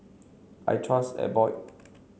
I trust Abbott